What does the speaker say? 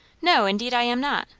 no, indeed i am not.